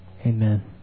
Amen